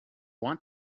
want